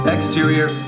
Exterior